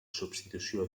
substitució